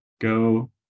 go